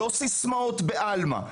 לא סיסמאות בעלמא.